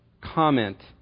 comment